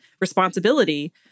responsibility